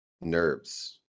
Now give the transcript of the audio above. nerves